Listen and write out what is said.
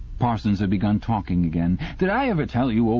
parsons had begun talking again. did i ever tell you,